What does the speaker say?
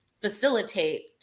facilitate